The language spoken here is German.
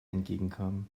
entgegenkam